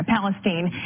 Palestine